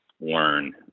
learn